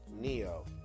Neo